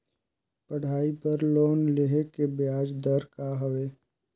पढ़ाई बर लोन लेहे के ब्याज दर का हवे?